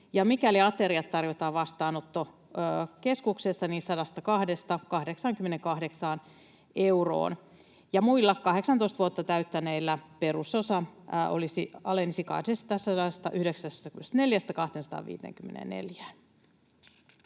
mikäli ateriat tarjotaan vastaanottokeskuksessa. Muilla 18 vuotta täyttäneillä perusosa alenisi 294:stä